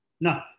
No